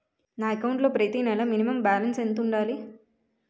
నా అకౌంట్ లో ప్రతి నెల మినిమం బాలన్స్ ఎంత ఉండాలి?